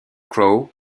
crowe